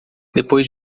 depois